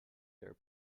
their